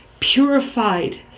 purified